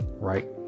right